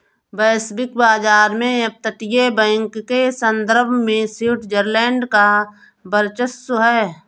वैश्विक बाजार में अपतटीय बैंक के संदर्भ में स्विट्जरलैंड का वर्चस्व है